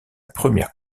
première